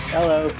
Hello